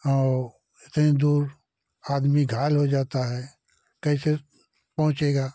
और इतनी दूर आदमी घायल हो जाता है कैसे पहुँचेगा